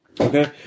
Okay